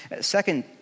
Second